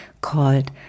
called